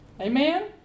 Amen